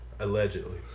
Allegedly